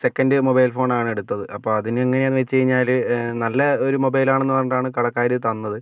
second mobile ഫോണാണ് എടുത്തത് അപ്പോൾ അതിന് എങ്ങനെയാണെന്ന് വെച്ച് കഴിഞ്ഞാൽ നല്ല ഒരു മൊബൈലാണെന്ന് പറഞ്ഞിട്ടാണ് കടക്കാർ തന്നത്